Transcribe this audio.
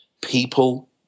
people